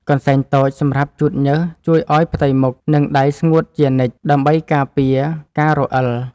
កន្សែងតូចសម្រាប់ជូតញើសជួយឱ្យផ្ទៃមុខ និងដៃស្ងួតជានិច្ច ដើម្បីការពារការរអិល។